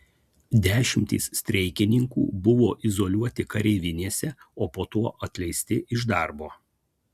dešimtys streikininkų buvo izoliuoti kareivinėse o po to atleisti iš darbo